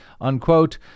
unquote